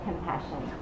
Compassion